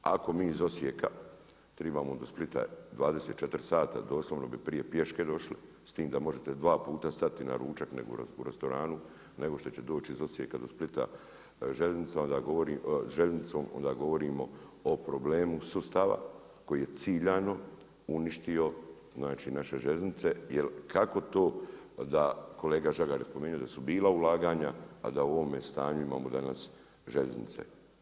Ako mi iz Osijeka trebamo do Splita 24 sata, doslovno bi prije pješke došli s tim da možete dva puta stati na ručak negdje u restoranu nego što ćete doći iz Osijeka do Splita željeznicom, onda govorimo o problemu sustava koji je ciljano uništio naše željeznice jel kako to da kolega Žagar je spomenuo da su bila ulaganja, a da u ovome stanju imamo danas željeznice.